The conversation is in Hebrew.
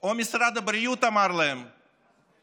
או כי משרד הבריאות אמר להם שצריך.